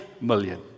million